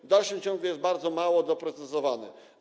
W dalszym ciągu jest bardzo mało doprecyzowany.